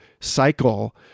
cycle